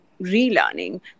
relearning